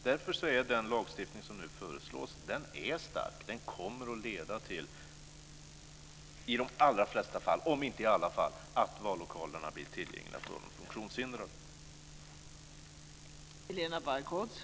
Därför är den lagstiftning som nu föreslås stark. Den kommer i de allra flesta fall, om inte i alla fall, att leda till att vallokalerna blir tillgängliga för de funktionsförhindrade.